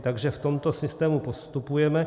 Takže v tomto systému postupujeme.